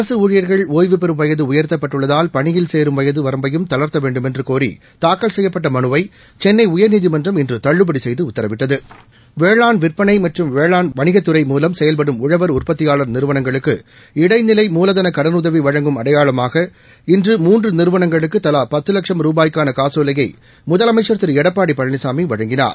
அரசு ஊழியர்கள் ஒய்வுபெறும் வயது உயர்த்தப்பட்டுள்ளதால் பணியில் சேரும் வயது வரம்பையும் தளர்த்த வேண்டுமென்று கோரி தாக்கல் செய்யப்பட்ட மனுவை சென்னை உயர்நீதிமன்றம் இன்று தள்ளுபடி செய்து உத்தரவிட்டது வேளான் விற்பனை மற்றும் வேளாண் வணிகதுறை மூலம் செயல்படும் உழவா் உற்பத்தியாளா் நிறுவனங்களுக்கு இடைநிலை மூலதன கடனுதவி வழங்கும் அடையாளமாக இன்று மூன்று நிறுவனங்களுக்கு தலா பத்து லட்சம் ருபாய்க்கான காசோலையை முதலமைசள் திரு எடப்பாடி பழனிசாமி வழங்கினார்